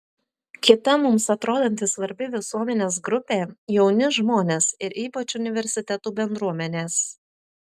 kita mums atrodanti svarbi visuomenės grupė jauni žmonės ir ypač universitetų bendruomenės